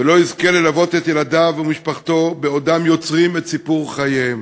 ולא יזכה ללוות את ילדיו ומשפחתו בעודם יוצרים את סיפור חייהם.